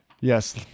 yes